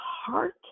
heart